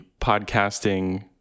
podcasting